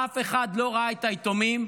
אף אחד לא ראה את היתומים.